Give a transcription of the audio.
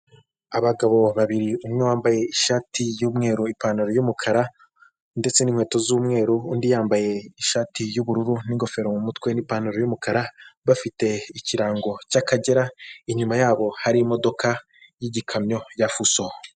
Abagabo babiri umwe wambaye ishati yumweru, ipantaro yumukara, ndetse n'inkweto z'umweru, undi yambaye ishati y'ubururu n'ingofero mu mutwe n'ipantaro yumukara bafite ikirango cy'akagera inyuma yabo hari imodoka ygikamyo ya Fuso.